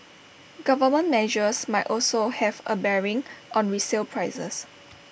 government measures might also have A bearing on resale prices